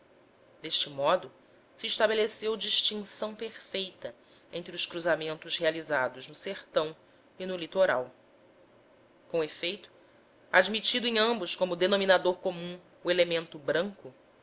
deste modo se estabeleceu distinção perfeita entre os cruzamentos realizados no sertão e no litoral com efeito admitido em ambos como denominador comum o elemento branco